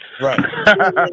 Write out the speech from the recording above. Right